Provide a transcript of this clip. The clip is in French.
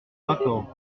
rapports